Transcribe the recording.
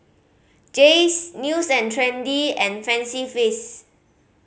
Jays News and Trendy and Fancy Feast